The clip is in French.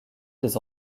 des